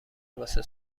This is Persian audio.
واسه